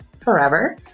forever